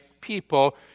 people